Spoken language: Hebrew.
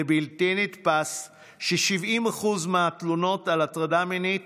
זה בלתי נתפס ש-70% מהתלונות על הטרדה מינית